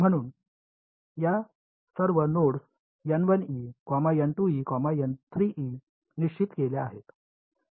म्हणून या सर्व नोड्स निश्चित केल्या आहेत